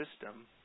system